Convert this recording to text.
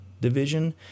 division